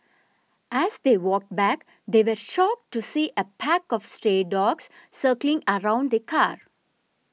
as they walked back they were shocked to see a pack of stray dogs circling around the car